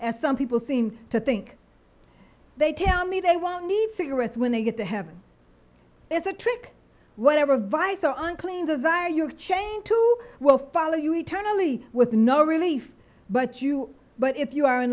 as some people seem to think they tell me they won't need cigarettes when they get to heaven is a trick whatever visor on clean desire you chain to will follow you eternally with no relief but you but if you are in